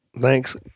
thanks